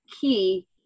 key